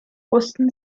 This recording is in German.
wussten